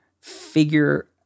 figure